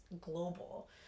global